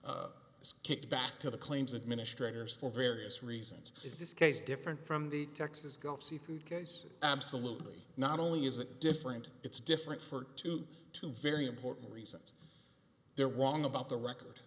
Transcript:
reviews kicked back to the claims administrator for various reasons is this case different from the texas gulf seafood cares absolutely not only isn't different it's different for two two very important reasons they're walking about the record